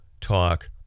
talk